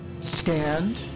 stand